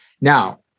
Now